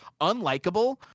Unlikable